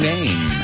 Name